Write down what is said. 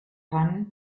cannes